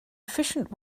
efficient